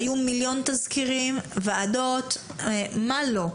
היו מיליון תזכירים, ועדות, מה לא.